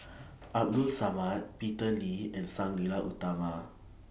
Abdul Samad Peter Lee and Sang Nila Utama